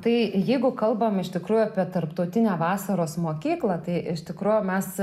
tai jeigu kalbam iš tikrųjų apie tarptautinę vasaros mokyklą tai iš tikrųjų mes